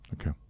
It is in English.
Okay